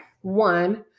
one